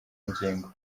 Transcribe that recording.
ngingo